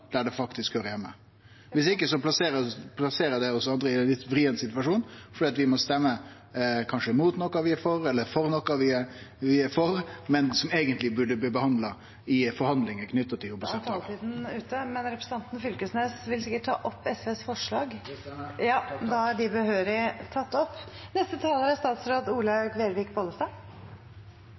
der dei faktisk høyrer heime. Viss ikkje plasserer det oss andre i ein litt vrien situasjon fordi vi kanskje må stemme imot noko vi er for, eller for noko vi er for, men som eigentleg burde bli behandla i forhandlingar knytte til jordbruksavtalen. Da er taletiden ute, men representanten Knag Fylkesnes vil sikkert ta opp SVs forslag? Det stemmer. Da har representanten Torgeir Knag Fylkesnes tatt opp de forslagene han refererte til. Norge er